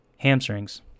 Hamstrings